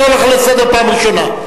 אני קורא אותך לסדר פעם ראשונה.